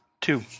Two